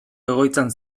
egoitzan